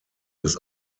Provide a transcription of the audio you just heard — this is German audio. des